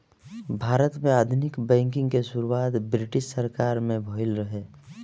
भारत में आधुनिक बैंकिंग के शुरुआत ब्रिटिस सरकार में भइल रहे